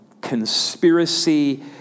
conspiracy